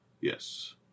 Yes